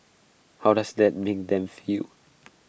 how does that mean them feel